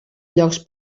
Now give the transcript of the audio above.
llocs